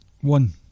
one